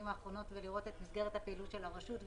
האחרונות ולראות את מסגרת הפעילות של הרשות,